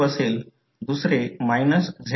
आता प्रश्न असा आहे की किंवा कसे घ्यावे